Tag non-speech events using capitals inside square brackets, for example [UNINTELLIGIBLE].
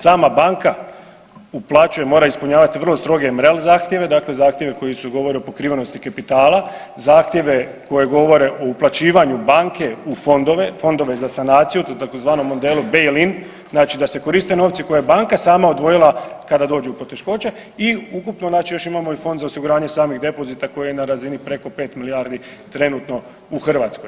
Sama banka uplaćuje, mora ispunjavati vrlo stroge zahtjeve, dakle zahtjeve koji govore o pokrivenosti kapitala, zahtjeve koji govore o uplaćivanju banke u fondove, fondove za sanaciju po tzv. modelu … [UNINTELLIGIBLE] znači da se koriste novci koje je banka sama odvojila kada dođu u poteškoće i ukupno znači još imamo i Fond za osiguranje samih depozita koji je na razini preko 5 milijardi trenutno u Hrvatskoj.